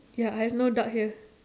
ya I have no duck here